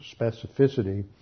specificity